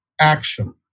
action